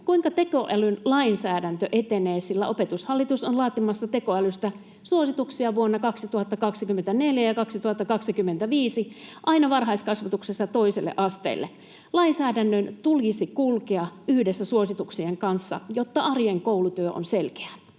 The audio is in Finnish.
Kuinka tekoälyn lainsäädäntö etenee, sillä Opetushallitus on laatimassa tekoälystä suosituksia vuonna 2024 ja 2025 aina varhaiskasvatuksesta toiselle asteelle? Lainsäädännön tulisi kulkea yhdessä suosituksien kanssa, jotta arjen koulutyö on selkeää.